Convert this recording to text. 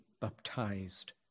baptized